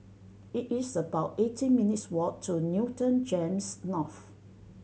it is about eighteen minutes' walk to Newton GEMS North